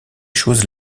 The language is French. choses